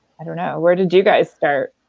i don't know. where did you guys start?